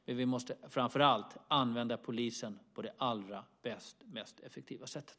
Men vi måste framför allt använda polisen på det allra bästa och mest effektiva sättet.